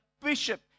bishop